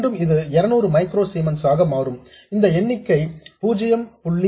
மீண்டும் இது 200 micro siemens ஆக மாறும் இந்த எண்ணிக்கை 0